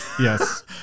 Yes